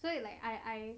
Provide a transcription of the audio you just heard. so you like I I